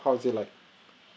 how is it like